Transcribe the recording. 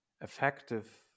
effective